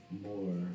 more